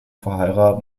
verheiratet